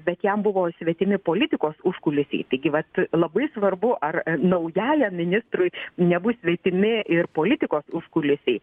bet jam buvo svetimi politikos užkulisiai taigi vat labai svarbu ar naujajam ministrui nebus svetimi ir politikos užkulisiai